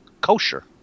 kosher